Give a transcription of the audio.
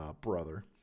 brother